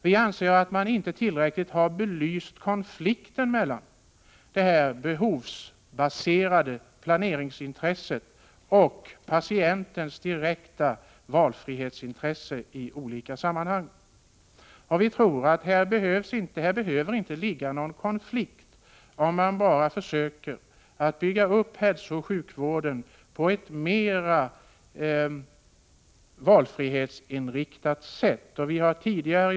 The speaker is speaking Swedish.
Vi anser att man inte tillräckligt har belyst konflikten mellan intresset av behovsbaserad planering och patientens direkta valfrihetsintresse. Här behöver det inte bli någon konflikt, om man bara försöker bygga upp hälsooch sjukvården på ett mera valfrihetsinriktat sätt.